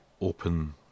open